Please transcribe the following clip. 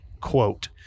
quote